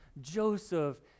Joseph